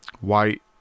white